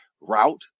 route